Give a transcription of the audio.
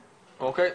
אוקיי.